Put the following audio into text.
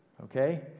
okay